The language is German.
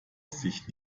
sich